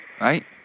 Right